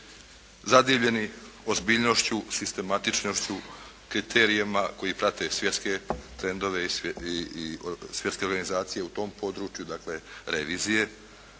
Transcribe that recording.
zadivljeni ozbiljnošću, sistematičnošću, kriterijima koji prate svjetske trendove i svjetske organizacije u tom području, dakle revizije,